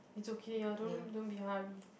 it's okay uh don't don't be hurry